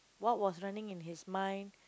what was running in his mind